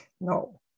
no